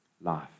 life